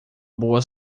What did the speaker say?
boa